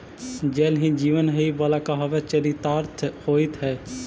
जल ही जीवन हई वाला कहावत चरितार्थ होइत हई